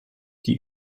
die